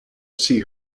see